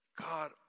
God